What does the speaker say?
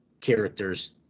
characters